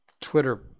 Twitter